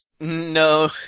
No